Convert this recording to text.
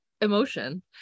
emotion